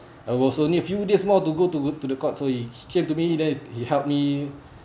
I was only few days more to go to to the court so he he came to me then he helped me